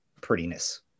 prettiness